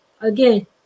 Again